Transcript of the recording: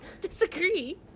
disagree